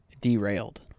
derailed